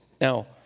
Now